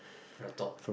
to the top